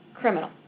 criminal